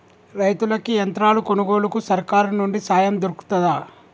రైతులకి యంత్రాలు కొనుగోలుకు సర్కారు నుండి సాయం దొరుకుతదా?